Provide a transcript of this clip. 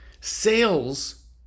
Sales